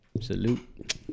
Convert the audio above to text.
Salute